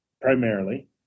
primarily